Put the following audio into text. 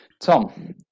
tom